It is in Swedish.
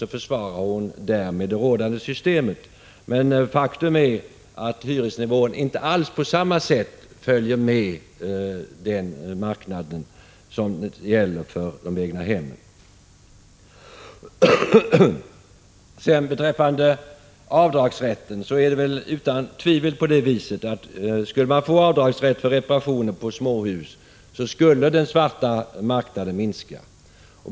Så försvarar hon det rådande systemet. Faktum är att hyresnivån inte alls på samma sätt följer med den marknad som gäller för egnahem. Beträffande avdragsrätten är det utan tvivel på det viset att om man skulle få avdragsrätt för reparationer på småhus skulle den svarta marknaden minska.